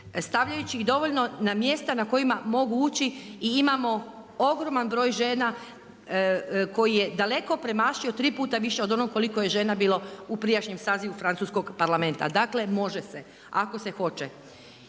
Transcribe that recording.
stavljajući ih dovoljno na mjesta na koja mogu ući i imamo ogroman broj žena koji je daleko premašio tri puta više od onog koliko je žena bilo u prijašnjem sazivu francuskog Parlamenta. Dakle, može se ako se hoće.